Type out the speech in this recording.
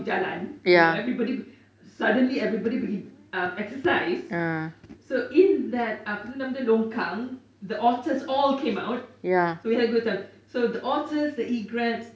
jalan you know everybody suddenly everybody pergi uh exercise so in that apa tu nama dia longkang the otters all came out so the otters the egrets